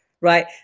right